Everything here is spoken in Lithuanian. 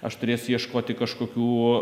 aš turėsiu ieškoti kažkokių